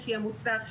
שיהיה מוצלח,